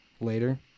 Later